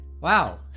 Wow